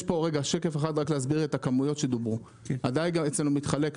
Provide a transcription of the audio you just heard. כדי להסביר את הכמויות הדיג אצלנו מתחלק,